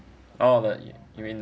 oh but you mean